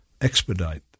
expedite